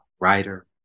writer